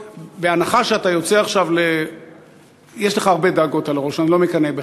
יש לך הרבה דאגות על הראש, אני לא מקנא בך.